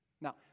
Now